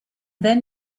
then